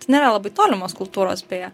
tai nėra labai tolimos kultūros beje